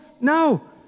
No